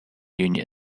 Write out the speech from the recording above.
union